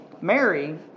Mary